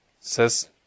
says